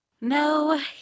No